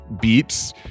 beats